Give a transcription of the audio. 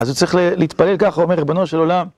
אז זה צריך להתפלל ככה, אומר ריבונו של עולם.